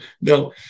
No